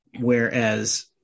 whereas